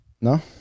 No